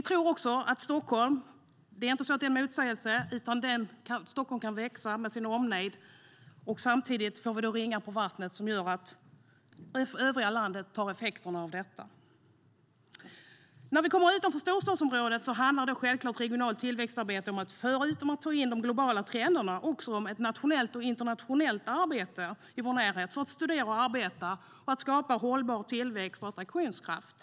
När det gäller Stockholm tror vi inte heller att det är en motsägelse, utan Stockholm med omnejd kan växa. Samtidigt får vi ringar på vattnet som gör att övriga landet får del av effekterna av detta. Förutom om att ta in de globala trenderna handlar regionalt tillväxtarbete, när vi kommer utanför storstadsområdet, självklart om ett nationellt och internationellt arbete i vår närhet för att studera och arbeta, skapa hållbar tillväxt och attraktionskraft.